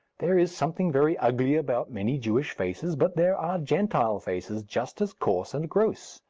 there is something very ugly about many jewish faces, but there are gentile faces just as coarse and gross.